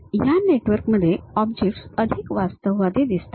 आणि या नेटवर्कमध्ये ऑब्जेक्ट्स अधिक वास्तववादी दिसतात